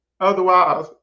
Otherwise